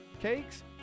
cakes